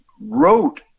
wrote